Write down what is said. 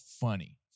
funny